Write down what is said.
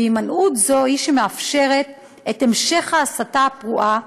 והימנעות זו היא שמאפשרת את המשך ההסתה הפרועה,